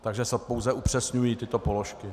Takže se pouze upřesňují tyto položky.